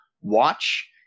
watch